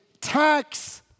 tax